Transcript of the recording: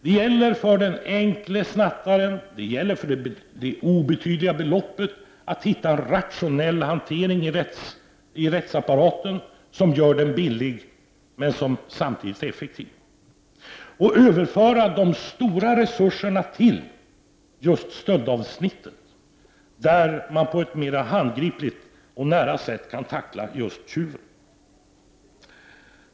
Det gäller att för den enkle snattaren och för de obetydliga beloppen hitta en rationell hantering i rättsapparaten, en hantering som är billig men samtidigt effektiv. Det gäller också att överföra de stora resurserna till stöldavsnittet, där man på ett mera handgripligt och nära sätt kan tackla just tjuven.